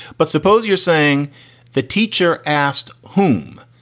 but suppose you're saying the teacher asked home.